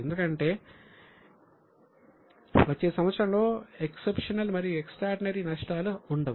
ఎందుకంటే వచ్చే సంవత్సరంలో ఎక్సెప్షనల్ మరియు ఎక్స్ట్రార్డినరీ నష్టాలు ఉండవు